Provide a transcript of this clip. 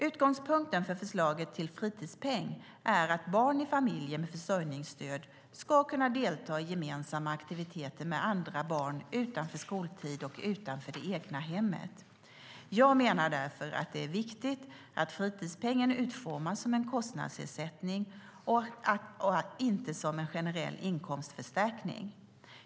Utgångspunkten för förslaget till fritidspeng är att barn i familjer med försörjningsstöd ska kunna delta i gemensamma aktiviteter med andra barn utanför skoltid och utanför det egna hemmet. Jag menar därför att det är viktigt att fritidspengen utformas som en kostnadsersättning och inte som en generell inkomstförstärkning.